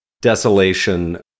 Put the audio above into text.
desolation